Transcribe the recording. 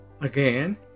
Again